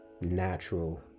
natural